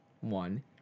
one